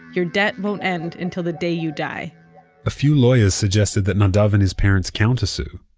your debt won't end until the day you die a few lawyers suggested that nadav and his parents counter-sue,